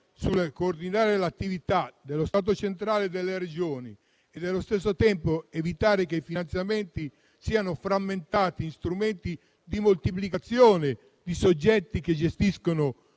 e di coordinare l'attività dello Stato centrale e delle Regioni e, nello stesso tempo, l'esigenza di evitare che i finanziamenti siano frammentati in strumenti che moltiplichino i soggetti che gestiscono